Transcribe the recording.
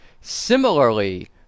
Similarly